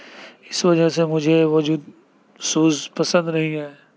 اس وجہ سے مجھے وہ شوز پسند نہیں ہے